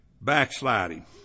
backsliding